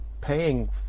paying